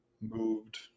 moved